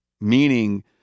Meaning